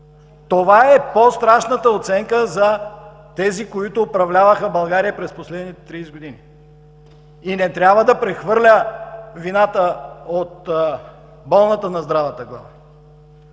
Това е по-страшната оценка за тези, които управляваха България през последните 30 години, и не трябва да прехвърля вината от болната на здравата глава.